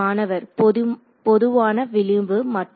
மாணவர்பொதுவான விளிம்பு மற்றும்